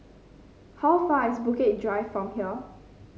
how far is Bukit Drive from here